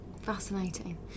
Fascinating